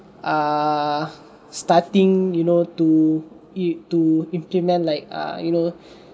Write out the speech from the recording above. uh starting you know to i~ to implement like err you know